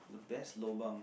the best lobang